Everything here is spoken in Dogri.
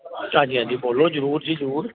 हां जी हां जी बोलो जरूर जी जरूर